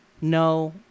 no